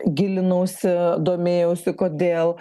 gilinausi domėjausi kodėl